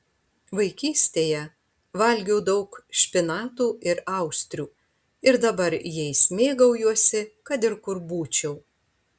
vaikystėje valgiau daug špinatų ir austrių ir dabar jais mėgaujuosi kad ir kur būčiau